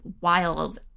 wild